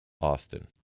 austin